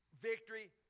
victory